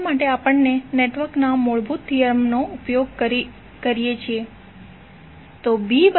તેના માટે આપણે નેટવર્કના મૂળભૂત થિયરમનો ઉપયોગ કરીએ છીએ